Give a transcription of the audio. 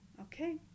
Okay